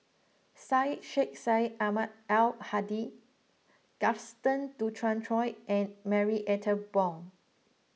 Syed Sheikh Syed Ahmad Al Hadi Gaston Dutronquoy and Marie Ethel Bong